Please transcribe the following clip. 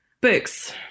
Books